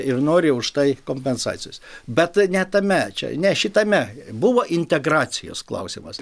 ir nori už tai kompensacijos bet ne tame čia ne šitame buvo integracijos klausimas